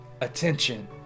attention